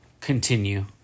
continue